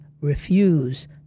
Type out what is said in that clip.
refuse